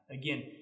Again